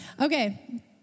Okay